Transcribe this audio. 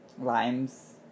Limes